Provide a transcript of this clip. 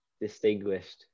distinguished